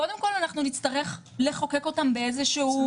קודם כול נצטרך לחוקק אותם באיזשהו